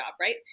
right